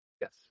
Yes